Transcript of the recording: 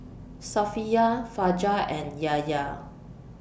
Safiya Fajar and Yahya